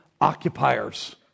occupiers